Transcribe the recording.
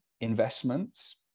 investments